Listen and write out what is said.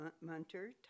Munter